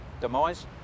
demise